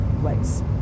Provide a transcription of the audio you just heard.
place